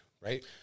right